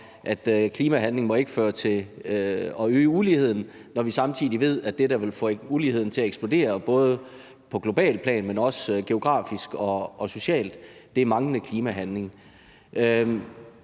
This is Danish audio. at klimahandling ikke må føre til at øge uligheden, når vi samtidig ved, at det, der vil få uligheden til at eksplodere, både på globalt plan, men også geografisk og socialt, er manglende klimahandling.